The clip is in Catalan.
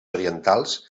orientals